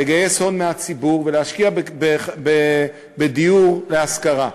לגייס הון מהציבור ולהשקיע בדיור להשכרה.